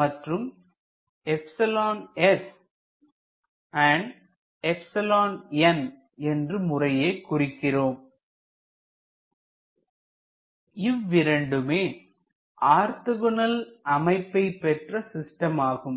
மற்றும் என்று முறையே குறிக்கிறோம் இவை இரண்டுமே ஆர்த்தோகோணல் அமைப்பைப் பெற்ற சிஸ்டம் ஆகும்